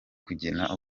kugena